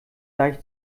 deich